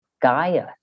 Gaia